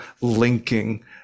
linking